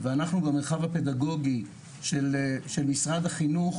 ואנחנו במרחב הפדגוגי של משרד החינוך